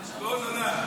--- ענק.